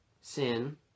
sin